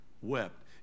wept